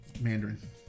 Mandarin